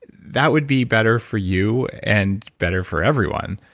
that would be better for you and better for everyone.